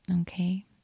okay